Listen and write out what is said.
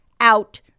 out